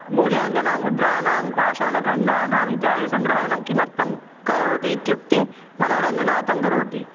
मूल्याङ्कनां मुद्रानां पाशाणकन्डानाम् इत्यादि सङ्ग्रहणं किमर्थं करोति इत्युक्ते मनोरञ्जनार्थं करोति